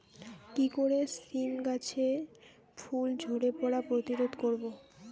কি করে সীম গাছের ফুল ঝরে পড়া প্রতিরোধ করব?